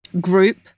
group